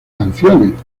canciones